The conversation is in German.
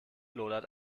lodert